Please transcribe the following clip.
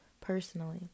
personally